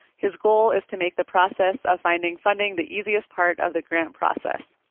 his goal is to make the process of finding funding the easiest part of the grant process.